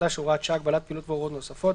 החדש (הוראת שעה) (הגבלת פעילות והוראות נוספות),